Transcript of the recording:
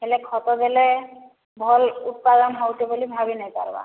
ହେଲେ ଖତ ଦେଲେ ଭଲ ଉତ୍ପାଦନ ହେଉଛି ବୋଲି ଭାବି ନେଇପାରବା